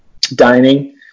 dining